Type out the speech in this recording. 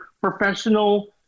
professional